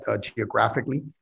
geographically